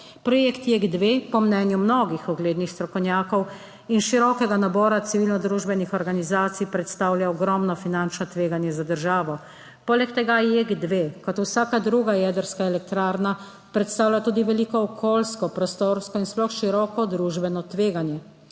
Projekt JEK 2 po mnenju mnogih uglednih strokovnjakov in širokega nabora civilnodružbenih organizacij predstavlja ogromno finančno tveganje za državo. Poleg tega JEK 2 kot vsaka druga jedrska elektrarna predstavlja tudi veliko okoljsko, prostorsko in sploh široko družbeno tveganje.